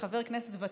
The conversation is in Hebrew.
כחבר כנסת ותיק,